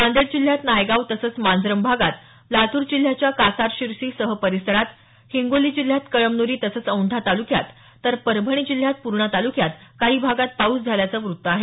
नांदेड जिल्ह्यात नायगाव तसंच मांजरम भागात लातूर जिल्ह्याच्या कासार शिरशीसह परिसरात हिंगोली जिल्ह्यात कळमन्री तसंच औंढा तालुक्यात तर परभणी जिल्ह्यात पूर्णा तालुक्यात काही भागात पाऊस झाल्याचं वृत्त आहे